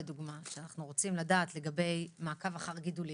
לדוגמה כשאנחנו רוצים לדעת לגבי מעקב אחר גידולים,